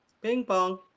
Ping-pong